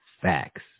facts